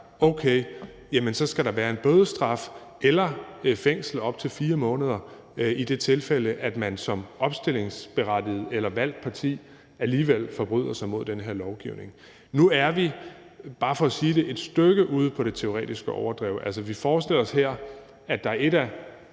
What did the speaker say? Okay, så skal der være bødestraf eller fængsel i op til 4 måneder i det tilfælde, hvor man som opstillingsberettiget eller valgt parti alligevel forbryder sig mod den her lovgivning. Nu er vi – bare for at sige det – et stykke ude på det teoretiske overdrev, altså, vi forestiller os her, at der er et af